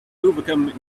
overcome